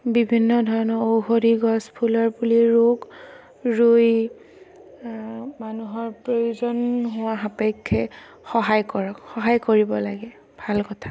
বিভিন্ন ধৰণৰ ঔষধি গছ ফুলৰ পুলি ৰুৱক ৰুই মানুহৰ প্ৰয়োজন সাপেক্ষে সহায় কৰক সহায় কৰিব লাগে ভাল কথা